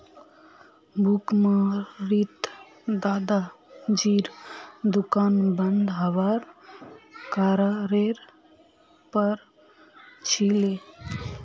भुखमरीत दादाजीर दुकान बंद हबार कगारेर पर छिले